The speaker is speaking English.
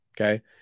Okay